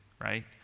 right